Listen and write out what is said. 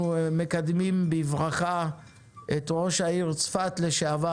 אנחנו מקדמים בברכה את ראש עיריית צפת לשעבר,